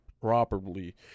properly